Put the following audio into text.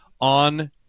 on